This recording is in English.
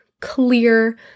clear